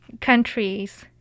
countries